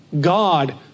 God